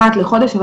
אחת לחודש,